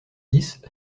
dix